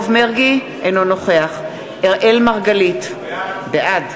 אינו נוכח אראל מרגלית, בעד